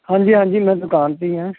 ਹਾਂਜੀ ਹਾਂਜੀ ਮੈਂ ਦੁਕਾਨ 'ਤੇ ਹੀ ਹਾਂ